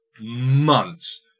months